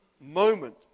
moment